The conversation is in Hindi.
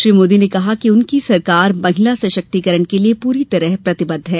श्री मोदी ने कहा कि उनकी सरकार महिला सशक्तिकरण के लिए पूरी तरह प्रतिबद्ध है